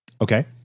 Okay